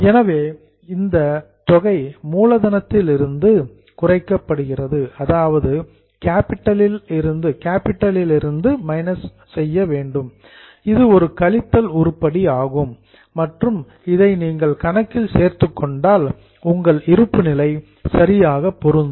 எனவே இந்த தொகை கேப்பிட்டல் மூலதனத்தில் இருந்து குறைக்கப்படுகிறது இது ஒரு கழித்தல் உருப்படி ஆகும் மற்றும் இதை நீங்கள் கணக்கில் சேர்த்துக் கொண்டால் உங்கள் இருப்புநிலை சரியாக பொருந்தும்